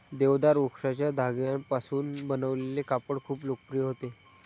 देवदार वृक्षाच्या धाग्यांपासून बनवलेले कापड खूप लोकप्रिय होते